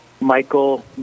Michael